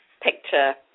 picture